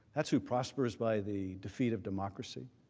that is who prospers by the defeat of democracy.